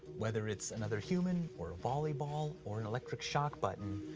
whether it's another human or a volleyball or an electric-shock button,